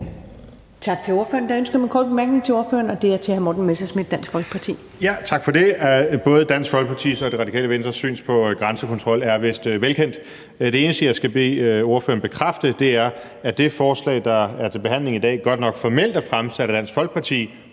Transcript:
Tak til ordføreren. Der er ønske om en kort bemærkning til ordføreren, og det er fra hr. Morten Messerschmidt, Dansk Folkeparti. Kl. 15:48 Morten Messerschmidt (DF): Tak for det. Både Dansk Folkepartis og Det Radikale Venstres syn på grænsekontrol er vist velkendt. Det eneste, jeg skal bede ordføreren bekræfte, er, at det forslag, der er til behandling i dag, godt nok formelt er fremsat af Dansk Folkeparti,